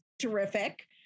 terrific